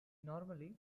normally